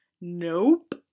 Nope